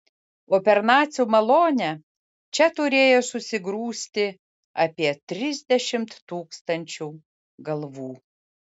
o per nacių malonę čia turėjo susigrūsti apie trisdešimt tūkstančių galvų